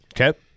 Okay